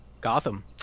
Gotham